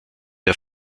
der